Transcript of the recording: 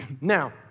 Now